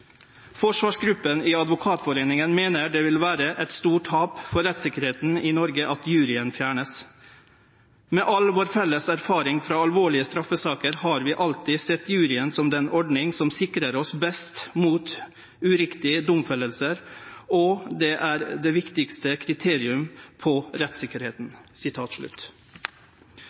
vil være et stort tap for rettssikkerheten i Norge at juryen fjernes. Med all vår felles erfaring fra alvorlige straffesaker har vi alltid sett juryen som den ordning som sikrer oss best mot uriktige domfellelser, og det er det viktigste kriterium på